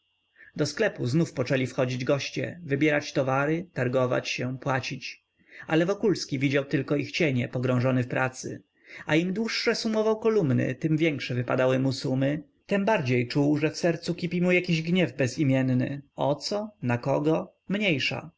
do sklepu znowu poczęli wchodzić goście wybierać towary targować się płacić ale wokulski widział tylko ich cienie pogrążony w pracy a im dłuższe sumował kolumny im większe wypadały mu sumy tembardziej czuł że w sercu kipi mu jakiś gniew bezimienny o co na kogo mniejsza